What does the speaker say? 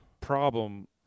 problem